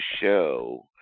show